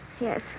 yes